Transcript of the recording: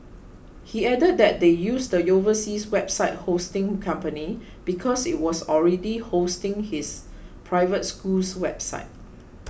he added that they used the overseas website hosting company because it was already hosting his private school's website